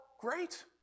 great